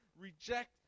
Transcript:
Reject